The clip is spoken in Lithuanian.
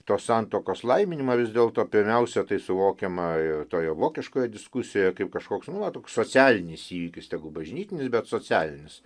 tos santuokos laiminimą vis dėlto pirmiausia tai suvokiama jau toje vokiškoje diskusijoje kaip kažkoks nu va toks socialinis įvykis tegu bažnytinis bet socialinis